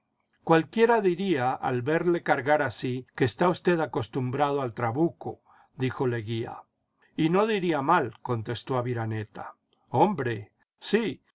cualquiera diría al verle cargar así que está usted acostumbrado al trabuco dijo leguía y no diría mal contestó aviraneta jhombre sí